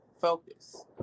focus